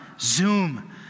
Zoom